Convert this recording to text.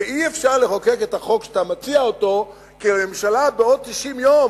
שאי-אפשר לחוקק את החוק שאתה מציע כי הממשלה בעוד 90 יום,